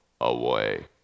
away